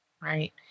right